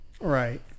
right